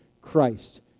Christ